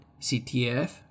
CTF